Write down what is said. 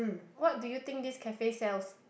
what do you think this cafe sells